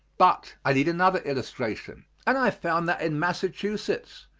but i need another illustration, and i found that in massachusetts,